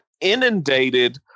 inundated